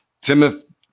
Timothy